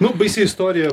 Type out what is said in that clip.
nu baisi istorija